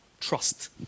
trust